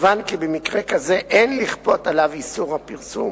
מובן כי במקרה כזה אין לכפות עליו איסור פרסום